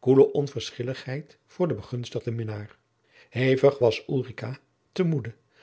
koele onverschilligheid voor den begunstigden minnaar hevig was ulrica te moede